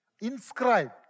inscribed